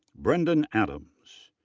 brendan adams.